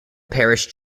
parish